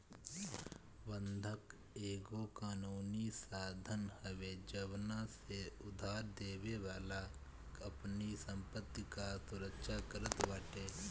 बंधक एगो कानूनी साधन हवे जवना से उधारदेवे वाला अपनी संपत्ति कअ सुरक्षा करत बाटे